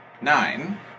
nine